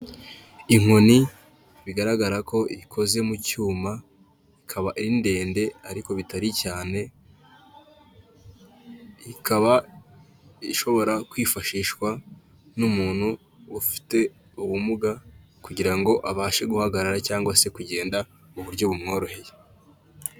Inkoni bigaragara ko ikoze mu cyuma, ikaba ari ndende ariko bitari cyane, ikaba ishobora kwifashishwa n'umuntu ufite ubumuga kugira ngo abashe guhagarara cyangwa se kugenda mu buryo bumworoheye.